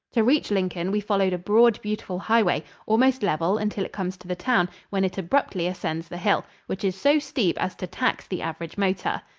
to reach lincoln we followed a broad, beautiful highway, almost level until it comes to the town, when it abruptly ascends the hill, which is so steep as to tax the average motor.